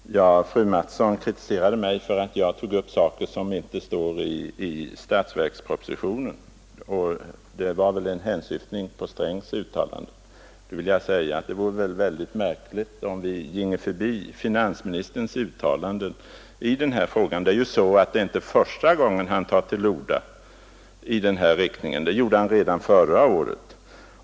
Fru talman! Fröken Mattson kritiserade mig för att jag tog upp saker som inte stod i statsverkspropositionen, och det var väl en hänsyftning på herr Strängs uttalanden. Med anledning därav vill jag säga att det väl vore mycket märkligt, om vi ginge förbi finansministerns uttalanden i den här debatten. Det är ju inte första gången han tar till orda i den här riktningen. Det gjorde han redan förra året.